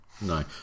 no